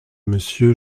monsieur